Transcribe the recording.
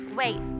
wait